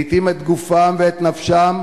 לעתים את גופם ואת נפשם,